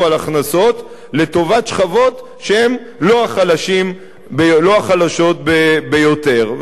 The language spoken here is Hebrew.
על הכנסות לטובת שכבות שהן לא החלשות ביותר,